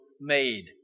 made